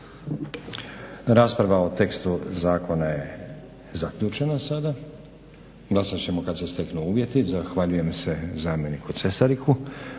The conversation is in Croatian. Rasprava o tekstu zakona je zaključena sada. Glasat ćemo kad se steknu uvjeti. Zahvaljujem se zamjeniku Cesariku.